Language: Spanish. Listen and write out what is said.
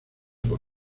por